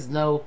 no